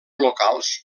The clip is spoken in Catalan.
locals